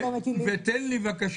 חוקים שהיו בעבר.